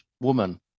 woman